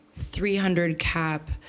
300-cap